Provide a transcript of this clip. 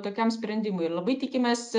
tokiam sprendimui ir labai tikimės